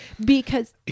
Because-